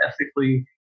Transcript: ethically